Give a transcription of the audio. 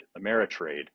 Ameritrade